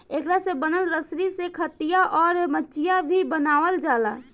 एकरा से बनल रसरी से खटिया, अउर मचिया भी बनावाल जाला